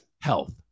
health